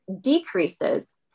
decreases